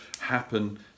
happen